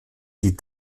die